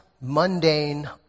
mundane